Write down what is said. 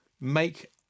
make